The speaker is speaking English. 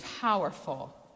powerful